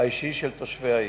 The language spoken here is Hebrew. האישי של תושבי העיר.